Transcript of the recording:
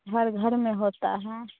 हर घर में होता है